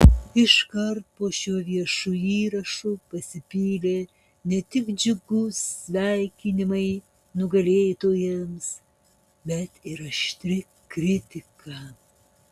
iškart po šiuo viešu įrašu pasipylė ne tik džiugūs sveikinimai nugalėtojams bet ir aštri kritika